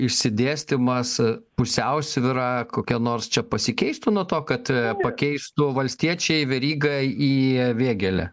išsidėstymas pusiausvyra kokia nors čia pasikeistų nuo to kad pakeistų valstiečiai verygą į vėgėlę